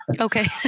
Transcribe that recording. Okay